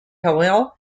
halliwell